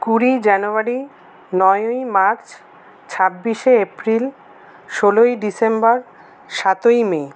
কুড়ি জানুয়ারি নয়ই মার্চ ছাব্বিশে এপ্রিল ষোলোই ডিসেম্বর সাতই মে